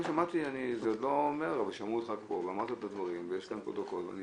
זו למשל תובנה שרק המומחים יודעים וכל הציבור חושב שבדיוק